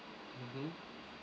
mmhmm